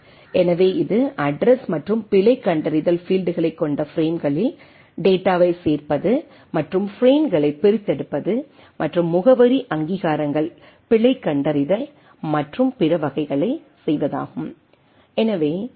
எனவே இது அட்ரஸ் மற்றும் பிழை கண்டறிதல் பீல்டுகளைக் கொண்ட பிரேம்களில் டேட்டாவைச் சேர்ப்பது மற்றும் பிரேம்களை பிரித்தெடுப்பது மற்றும் முகவரி அங்கீகாரங்கள் பிழை கண்டறிதல் மற்றும் பிற வகைகளைச் செய்வது ஆகும்